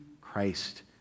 Christ